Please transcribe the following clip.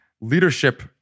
leadership